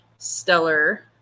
stellar